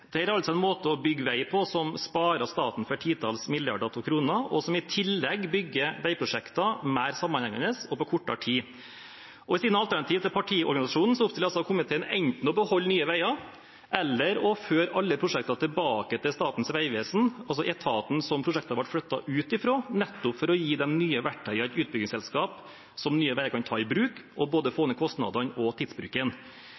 Det er altså en måte å bygge vei på som sparer staten for titalls milliarder kroner, og som i tillegg bygger veiprosjekter mer sammenhengende og på kortere tid. I sine alternativer til partiorganisasjonen oppstiller komiteen enten å beholde Nye Veier eller å føre alle prosjekter tilbake til Statens vegvesen, altså etaten som prosjektene ble flyttet ut fra, nettopp for å gi de nye verktøyene et utbyggingsselskap som Nye Veier kan ta i bruk, for å få ned både